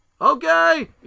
Okay